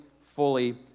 fully